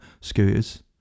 scooters